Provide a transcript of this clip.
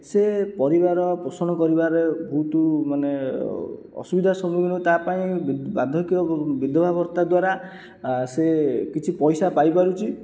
ସେ ପରିବାର ପୋଷଣ କରିବାରେ ବହୁତ ମାନେ ଅସୁବିଧା ସମ୍ମୁଖୀନ ହୁଏ ତା' ପାଇଁ ବାର୍ଦ୍ଧକ୍ୟ ବିଧବା ଭତ୍ତା ଦ୍ୱାରା ସେ କିଛି ପଇସା ପାଇପାରୁଛି